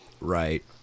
Right